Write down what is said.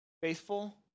Faithful